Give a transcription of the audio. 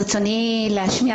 ברצוני להשמיע,